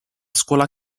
scuola